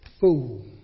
Fool